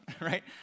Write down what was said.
Right